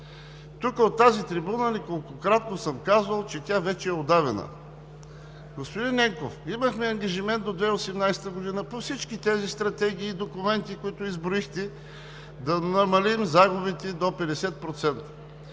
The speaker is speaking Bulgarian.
Тук, от тази трибуна, неколкократно съм казвал, че тя вече е удавена. Господин Ненков, имахме ангажимент до 2018 г. по всички тези стратегии и документи, които изброихте, да намалим загубите до 50%,